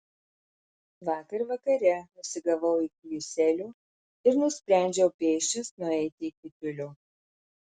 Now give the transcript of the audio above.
vakar vakare nusigavau iki juselio ir nusprendžiau pėsčias nueiti iki tiulio